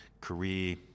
career